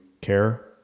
care